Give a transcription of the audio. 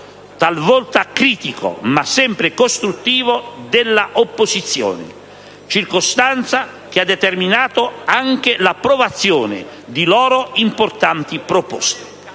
talvolta critico, ma sempre costruttivo - dell'opposizione, circostanza che ha determinato anche l'approvazione di importanti proposte